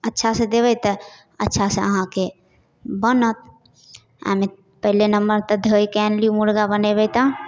अच्छासँ देबै तऽ अच्छासँ अहाँके बनत आओर नहि पहिले नम्बर तऽ धोइके आनिलिऔ मुरगा बनेबै तऽ